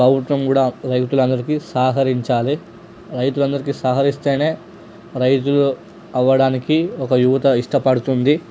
ప్రభుత్వం కూడా రైతులందరికీ సహకరించాలి రైతులందరికీ సహరిస్తేనే రైతు అవ్వడానికి ఒక యువత ఇష్టపడుతుంది